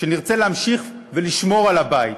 שנרצה להמשיך ולשמור על הבית,